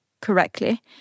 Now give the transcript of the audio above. correctly